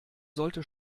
sollte